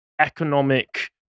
economic